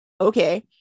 okay